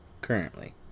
currently